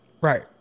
Right